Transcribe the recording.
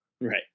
Right